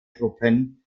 gruppen